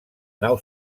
nau